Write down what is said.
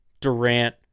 Durant